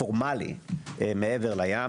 פורמלי מעבר לים,